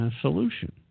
solution